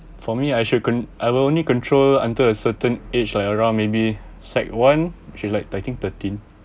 for me I should con~ I will only control until a certain age like around maybe sec one which is like I think thirteen